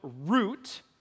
root